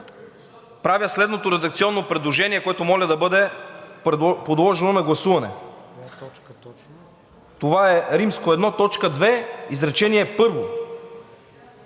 правя следното редакционно предложение, което моля да бъде подложено на гласуване: Това е I., т. 2, изречение